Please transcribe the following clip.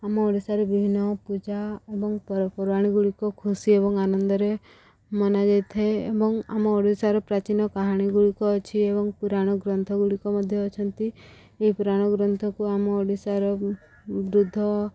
ଆମ ଓଡ଼ିଶାରେ ବିଭିନ୍ନ ପୂଜା ଏବଂ ପର୍ବପର୍ବାଣୀ ଗୁଡ଼ିକ ଖୁସି ଏବଂ ଆନନ୍ଦରେ ମନାଯାଇଥାଏ ଏବଂ ଆମ ଓଡ଼ିଶାର ପ୍ରାଚୀନ କାହାଣୀ ଗୁଡ଼ିକ ଅଛି ଏବଂ ପୁରାଣ ଗ୍ରନ୍ଥ ଗୁଡ଼ିକ ମଧ୍ୟ ଅଛନ୍ତି ଏହି ପୁରାଣ ଗ୍ରନ୍ଥକୁ ଆମ ଓଡ଼ିଶାର ବୃଦ୍ଧ